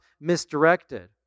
misdirected